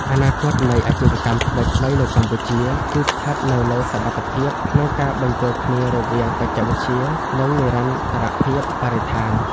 អនាគតនៃអាជីវកម្មថ្មីៗនៅកម្ពុជា គឺស្ថិតនៅលើសមត្ថភាពក្នុងការបញ្ចូលគ្នារវាងបច្ចេកវិទ្យា និងនិរន្តរភាពបរិស្ថាន។